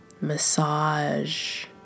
Massage